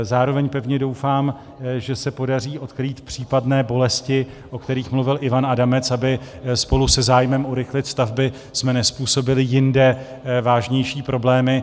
Zároveň pevně doufám, že se podaří odkrýt případné bolesti, o kterých mluvil Ivan Adamec, abychom spolu se zájmem urychlit stavby nezpůsobili jinde vážnější problémy.